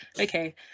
Okay